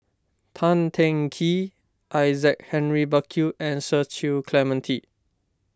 Tan Teng Kee Isaac Henry Burkill and Cecil Clementi